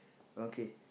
okay